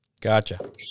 gotcha